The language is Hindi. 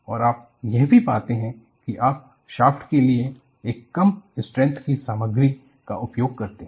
और आप यह भी पाते हैं कि आप शाफ्ट के लिए एक कम स्ट्रेंथ की सामग्री का उपयोग करते हैं